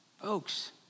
folks